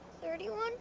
Thirty-one